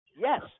Yes